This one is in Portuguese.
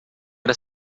era